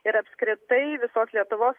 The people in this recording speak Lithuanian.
ir apskritai visos lietuvos